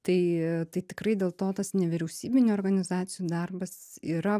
tai tai tikrai dėl to tas nevyriausybinių organizacijų darbas yra